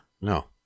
No